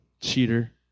Cheater